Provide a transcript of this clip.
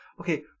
Okay